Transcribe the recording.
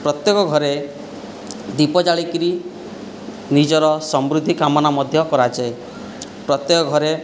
ପ୍ରତ୍ୟେକ ଘରେ ଦୀପ ଜାଳିକରି ନିଜର ସମୃଦ୍ଧି କାମନା ମଧ୍ୟ କରାଯାଏ ପ୍ରତ୍ୟେକ ଘରେ